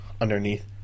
underneath